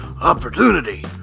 opportunity